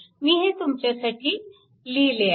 मी हे तुमच्यासाठी लिहिले आहे